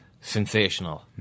Sensational